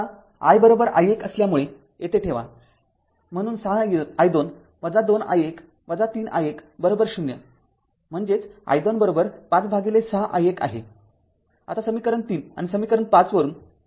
आता Ii१ असल्यामुळे येथे ठेवा म्हणून ६ i२ २ i१ ३ i१ 0 म्हणजेच i२५ ६ i१ आहे आता समीकरण ३ आणि समीकरण ५ वरून